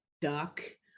duck